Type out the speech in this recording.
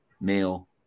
male